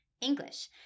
english